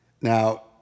Now